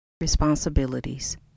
Responsibilities